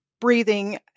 breathing